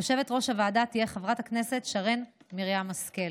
יושבת-ראש הוועדה תהיה חברת הכנסת שרן מרים השכל.